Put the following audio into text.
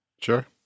Sure